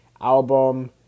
album